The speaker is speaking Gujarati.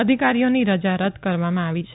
અધિકારીઓની રજા રદ કરવામાં આવી છે